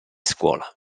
scuola